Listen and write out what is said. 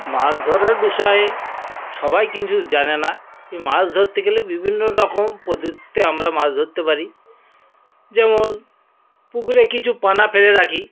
মাছ ধরার বিষয়ে সবাই কিন্তু জানে না মাছ ধরতে গেলে বিভিন্ন রকম পদ্ধতিতে আমরা মাছ ধরতে পারি যেমন পুকুরে কিছু পানা ফেলে রাখি